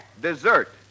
Dessert